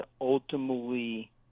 ultimately